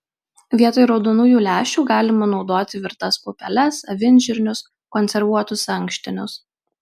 vietoj raudonųjų lęšių galima naudoti virtas pupeles avinžirnius konservuotus ankštinius